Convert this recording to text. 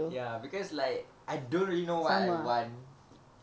ya because like I don't really know what I want